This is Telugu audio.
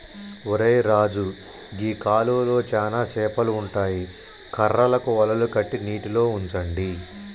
ఒరై రాజు గీ కాలువలో చానా సేపలు ఉంటాయి కర్రలకు వలలు కట్టి నీటిలో ఉంచండి